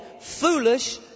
foolish